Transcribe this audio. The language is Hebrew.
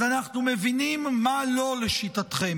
אז אנחנו מבינים מה לא לשיטתכם,